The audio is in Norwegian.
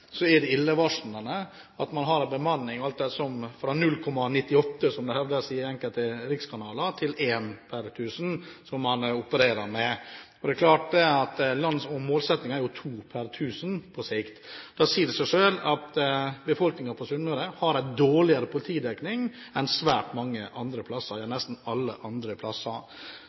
er det illevarslende at man har en bemanning fra 0,98 politi per 1 000 innbyggere, som det hevdes i enkelte rikskanaler, til én per 1 000 som man opererer med. Målsettingen er to politi per 1 000 innbyggere, på sikt. Da sier det seg selv at befolkningen på Sunnmøre har en dårligere politidekning enn nesten alle andre plasser.